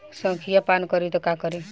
संखिया पान करी त का करी?